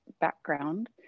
background